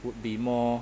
would be more